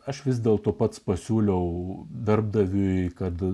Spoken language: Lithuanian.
aš vis dėlto pats pasiūliau darbdaviui kad